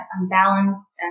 unbalanced